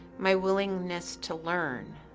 my willingness to learn,